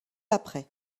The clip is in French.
après